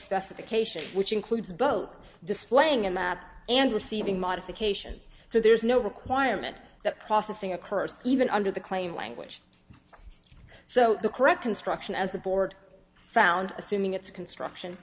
specification which includes both displaying a map and receiving modifications so there is no requirement that processing occurs even under the claim language so the correct construction as the board found assuming its construction